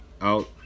out